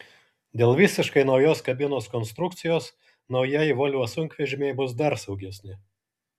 dėl visiškai naujos kabinos konstrukcijos naujieji volvo sunkvežimiai bus dar saugesni